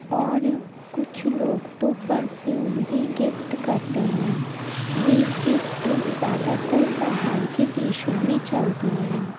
اور کچھ لوگ تو پرفیوم بھی گفٹ کرتے ہیں یہ گفٹ زیادہ تر باہر کے دیشوں میں چلتے ہیں